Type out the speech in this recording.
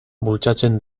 bultzatzen